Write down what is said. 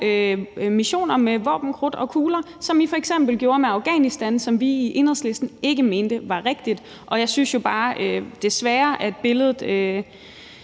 missioner med våben, krudt og kugler, som I f.eks. gjorde med Afghanistan, som vi i Enhedslisten ikke mente var rigtigt. Og jeg synes jo bare – desværre – at billederne